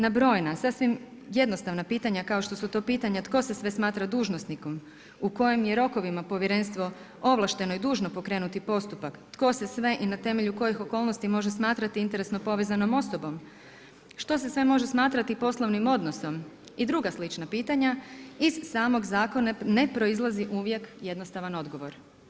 Nabrojena sasvim jednostavna pitanja kao što su to pitanja tko se sve smatra dužnosnikom, u kojim je rokovima Povjerenstvo ovlašteno i dužno pokrenuti postupak, tko se sve i na temelju kojih okolnosti može smatrati interesno povezanom osobom, što se sve može smatrati i poslovnim odnosom i druga slična pitanja, iz samog zakona ne proizlazi uvijek jednostavan odgovor.